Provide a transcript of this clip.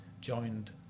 joined